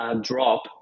drop